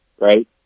Right